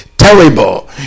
Terrible